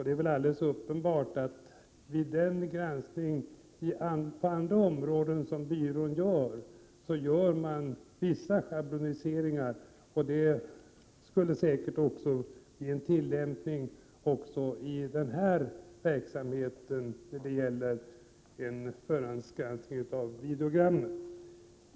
Det är alldeles uppenbart att den granskning som byrån gör på andra områden inbegriper vissa schabloniseringar. Det skulle säkert bli fallet också vid förhandsgranskning av videogram.